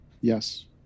Yes